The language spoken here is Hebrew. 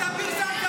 אתה פרסמת.